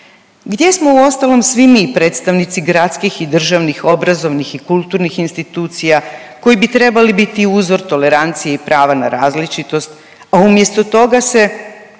Gdje smo uostalom svi mi predstavnici gradskih i državnih, obrazovnih i kulturnih institucija koji bi trebali biti uzor toleranciji prava na različitost, a umjesto toga se